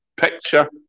picture